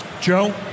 joe